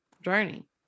Journey